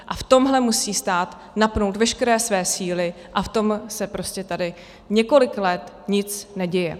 A v tomhle musí stát napnout veškeré své síly a v tom se prostě tady několik let nic neděje.